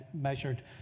measured